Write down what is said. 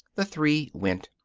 the three went,